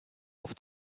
auf